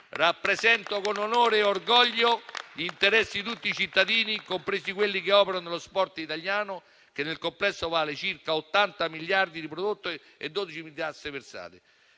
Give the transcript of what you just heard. Rappresento con onore e orgoglio gli interessi di tutti i cittadini, compresi quelli che operano nello sport italiano che, nel complesso, vale circa 80 miliardi di prodotto e 12 di tasse versate.